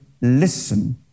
listen